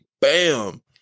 bam